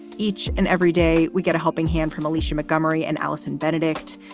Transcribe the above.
each and every day we get a helping hand from alicia mcmurry and alison benedict.